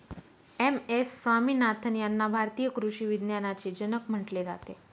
M S Swaminathan यांना भारतीय कृषी विज्ञानाचे जनक म्हटले जाते